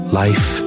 life